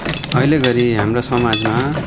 अहिलेघरि हाम्रा समाजमा